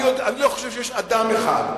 אני לא חושב שיש אדם אחד,